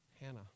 Hannah